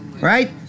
right